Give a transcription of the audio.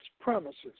promises